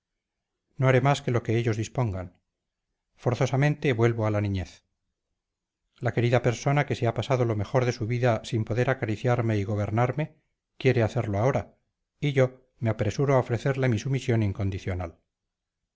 no haré más que lo que ellos dispongan forzosamente vuelvo a la niñez la querida persona que se ha pasado lo mejor de su vida sin poder acariciarme y gobernarme quiere hacerlo ahora y yo me apresuro a ofrecerle mi sumisión incondicional